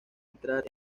entrar